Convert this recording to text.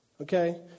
Okay